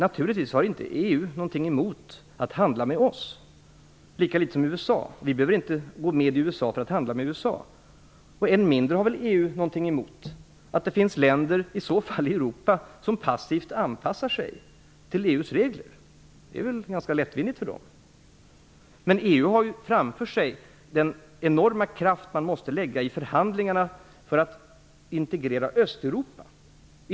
Naturligtvis har inte EU, lika litet som USA, någonting emot att handla med oss. Vi behöver inte gå med i USA för att handla med USA. Än mindre har EU någonting emot att det finns länder i Europa som passivt anpassar sig till EU:s regler. Det är en ganska lättvindig situation för EU. Men EU har framför sig den enormt krävande uppgiften att genomföra förhandlingar för att integrera Östeuropa.